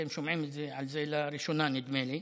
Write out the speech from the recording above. אתם שומעים על זה לראשונה, נדמה לי.